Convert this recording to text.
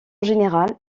général